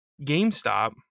GameStop